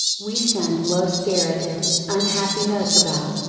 we send low spirited, unhappy notes about,